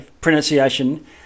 pronunciation